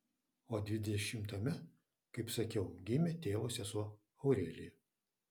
o dvidešimtame kaip sakiau gimė tėvo sesuo aurelija